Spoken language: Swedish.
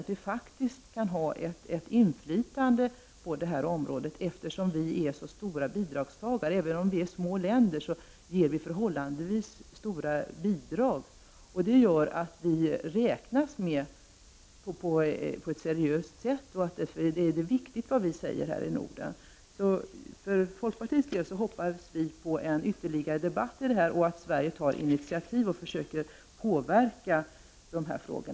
Vi kan faktiskt ha ett inflytande på detta område, eftersom vi är så stora bidragsgivare. Även om vi är små länder ger vi förhållandevis stora bidrag. Det gör att vi räknas med på ett seriöst sätt. Det är viktigt vad vi säger i Norden. För folkpartiets del hoppas vi på ytterligare debatt och hoppas att Sverige tar initiativ och försöker påverka i dessa frågor.